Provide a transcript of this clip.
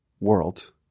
world